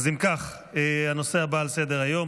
אם כך הנושא הבא על סדר-היום,